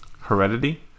heredity